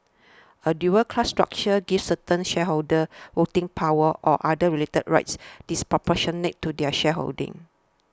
a dual class structure gives certain shareholders voting power or other related rights disproportionate to their shareholding